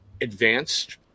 advanced